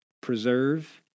preserve